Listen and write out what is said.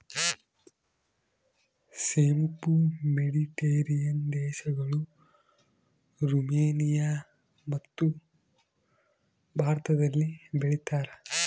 ಸೋಂಪು ಮೆಡಿಟೇರಿಯನ್ ದೇಶಗಳು, ರುಮೇನಿಯಮತ್ತು ಭಾರತದಲ್ಲಿ ಬೆಳೀತಾರ